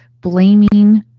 blaming